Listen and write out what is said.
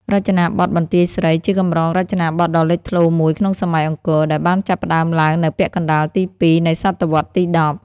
រចនាបថបន្ទាយស្រី ជាកម្រងរចនាបថដ៏លេចធ្លោមួយក្នុងសម័យអង្គរ ដែលបានចាប់ផ្ដើមឡើងនៅពាក់កណ្ដាលទី២ នៃសតវត្សរ៍ទី១០។